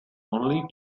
only